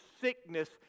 sickness